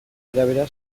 arabera